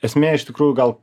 esmė iš tikrų gal